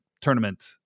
tournament